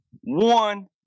One